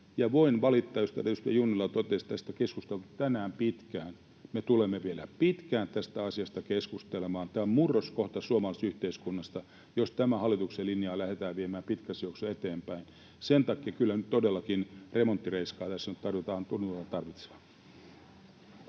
Voin valistaa, kun edustaja Junnila totesi, että tästä on keskusteltu tänään pitkään: me tulemme vielä pitkään tästä asiasta keskustelemaan. Tämä on murroskohta suomalaisessa yhteiskunnassa, jos tämän hallituksen linjaa lähdetään viemään pitkässä juoksussa eteenpäin. Sen takia kyllä nyt todellakin remonttireiskaa tässä tunnutaan tarvittavan.